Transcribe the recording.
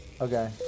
okay